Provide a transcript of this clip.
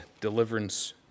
Deliverance